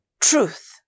truth